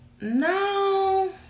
No